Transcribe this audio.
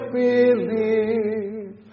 believe